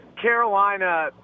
Carolina